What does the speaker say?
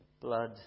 blood